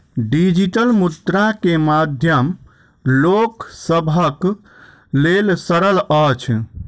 digital मुद्रा के माध्यम लोक सभक लेल सरल अछि